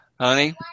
Honey